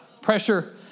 Pressure